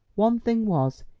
one thing was,